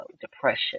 depression